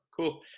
Cool